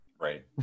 right